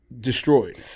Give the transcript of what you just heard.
destroyed